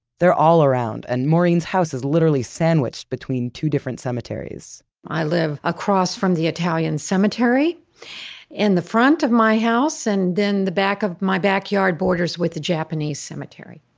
they're all around, and maureen's house is literally sandwiched between two different cemeteries i live across from the italian cemetery in the front of my house, and then the back of my backyard borders with the japanese cemetery.